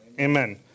amen